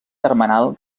termenal